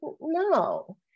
No